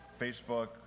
Facebook